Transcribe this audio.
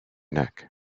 neck